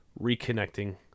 reconnecting